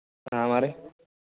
మరి